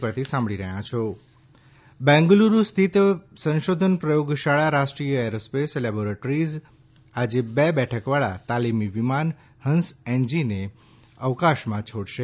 હંસ NG Bengaluru સ્થિત સંશોધન પ્રયોગશાળા રાષ્ટ્રીય એરોસ્પેસ લેબોરેટરીઝ આજે બે બેઠકવાળા તાલીમી વિમાન હંસ એનજીને અવકાશમાં છોડશે